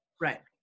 right